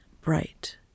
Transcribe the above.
bright